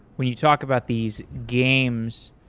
when you talk about these games,